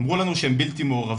"אמרו לנו שהם בלתי מעורבים,